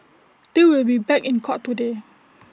they will be back in court today